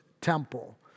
temple